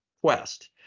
quest